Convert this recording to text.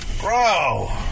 Bro